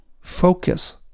Focus